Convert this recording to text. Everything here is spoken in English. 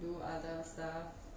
do other stuff